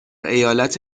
ایالت